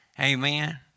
Amen